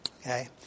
Okay